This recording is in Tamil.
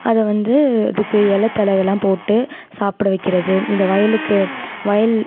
அதை வந்து அதுக்கு இல தழை இதெல்லாம் போட்டு சாப்பிட வைக்கிறது இந்த வயலுக்கு வயல்